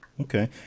Okay